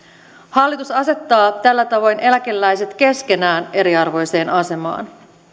hallitus asettaa tällä tavoin eläkeläiset keskenään eriarvoiseen asemaan